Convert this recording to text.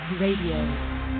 Radio